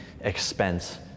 expense